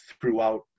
throughout